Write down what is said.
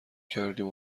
کردیم